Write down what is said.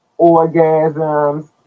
orgasms